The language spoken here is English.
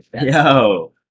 Yo